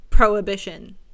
Prohibition